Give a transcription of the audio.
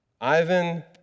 Ivan